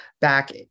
back